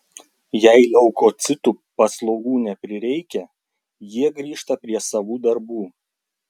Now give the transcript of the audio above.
jei leukocitų paslaugų neprireikia jie grįžta prie savų darbų